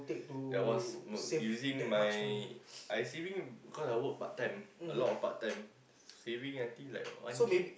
that was using my I saving cause I work part time a lot of part time saving til like one K